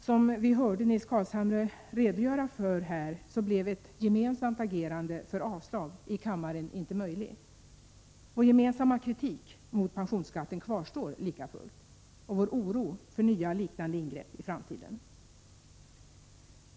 Som Nils Carlshamre redogjorde för blev ett gemensamt agerande för avslag i kammaren inte möjligt. Vår gemensamma kritik mot pensionsskatten kvarstår likafullt, liksom vår oro för nya, liknande ingrepp i framtiden.